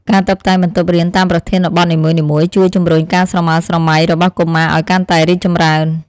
ការតុបតែងបន្ទប់រៀនតាមប្រធានបទនីមួយៗជួយជំរុញការស្រមើស្រមៃរបស់កុមារឱ្យកាន់តែរីកចម្រើន។